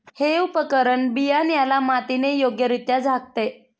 हे उपकरण बियाण्याला मातीने योग्यरित्या झाकते